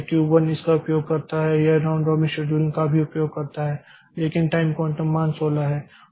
Q 1 इसका उपयोग करता है यह राउंड रॉबिन शेड्यूलिंग का भी उपयोग करता है लेकिन टाइम क्वांटम मान 16 है